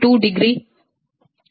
2 degree ಸರಿಯಾಗಿ ಪಡೆಯುತ್ತದೆ